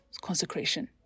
consecration